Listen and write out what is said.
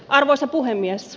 arvoisa puhemies